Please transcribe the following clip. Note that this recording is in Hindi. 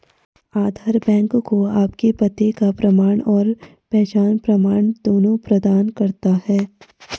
आधार बैंक को आपके पते का प्रमाण और पहचान प्रमाण दोनों प्रदान करता है